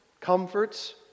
comforts